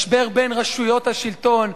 משבר בין רשויות השלטון,